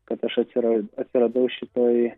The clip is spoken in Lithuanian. kad aš atsira atsiradau šitoj